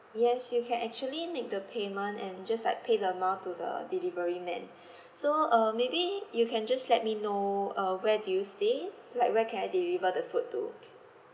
yes you can actually make the payment and just like pay the amount to the delivery man so um maybe you can just let me know uh where do you stay like where can I deliver the food to